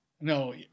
No